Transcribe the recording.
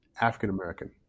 African-American